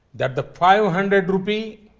that the five hundred rupee